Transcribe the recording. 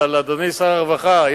אבל, אדוני שר הרווחה,